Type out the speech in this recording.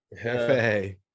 Hefe